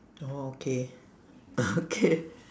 oh okay okay